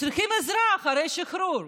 וצריכים עזרה אחרי השחרור.